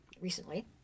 recently